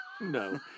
No